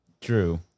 True